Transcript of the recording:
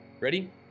Ready